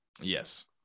Yes